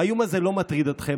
האיום הזה לא מטריד אתכם,